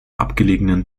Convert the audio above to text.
abgelegenen